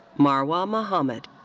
marwa mohammad.